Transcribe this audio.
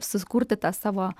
susikurti tą savo